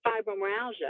fibromyalgia